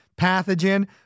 pathogen